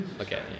Okay